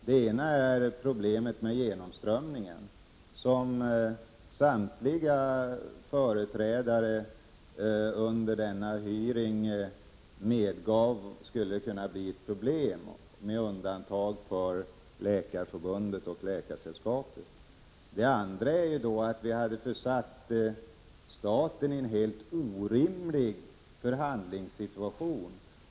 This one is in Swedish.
Det ena gäller genomströmningen, som skulle kunna bli ett problem enligt vad samtliga företrädare under denna hearing medgav — med undantag för Läkarförbundet och Läkaresällskapet. Det andra skälet är att vi hade försatt staten i en helt orimlig förhandlingssituation.